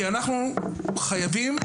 כי אנחנו חייבים את